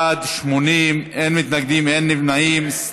בעד, 80, אין מתנגדים ואין נמנעים.